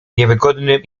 niewygodnym